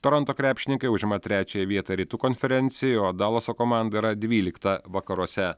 toronto krepšininkai užima trečiąją vietą rytų konferencijoje o dalaso komanda yra dvylikta vakaruose